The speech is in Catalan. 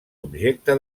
objecte